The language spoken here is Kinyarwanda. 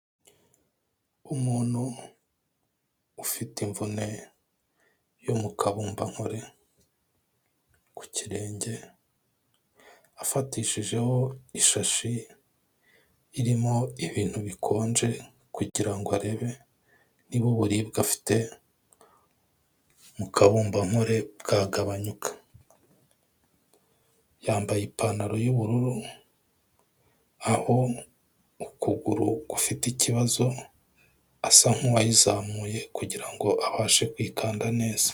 Umuntu ufite imvune yo mu kabumbampore, ku kirenge, afatishijeho ishashi irimo ibintu bikonje, kugira ngo arebe niba uburibwe afite mu kabumbampore bwagabanyuka. Yambaye ipantaro y'ubururu aho ukuguru gufite ikibazo, asa nk'uwayizamuye kugira ngo abashe kwikanda neza.